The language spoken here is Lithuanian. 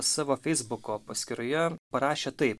savo feisbuko paskyroje parašė taip